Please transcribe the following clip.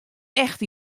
echt